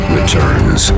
Returns